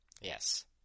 Yes